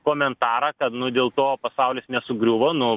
komentarą kad nu dėl to pasaulis nesugriuvo nu